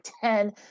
Ten